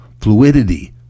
fluidity